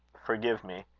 forgive me.